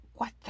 Cuatro